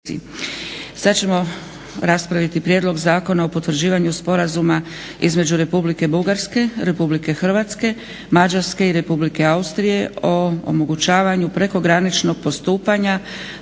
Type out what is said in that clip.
i zastupnici. Ovim se zakonom potvrđuje sporazum između Republike Bugarske, Republike Hrvatske, Republike Mađarske i Republike Austrije o omogućavanju prekograničnog postupanja